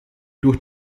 durch